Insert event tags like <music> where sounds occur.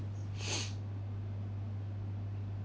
<noise>